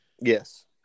Yes